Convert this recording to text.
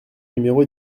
numéro